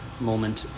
moment